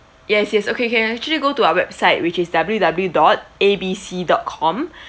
yes yes okay you can actually go to our website which is W W W dot A B C dot com